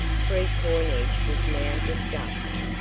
free coinage was now discussed,